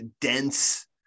dense